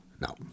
No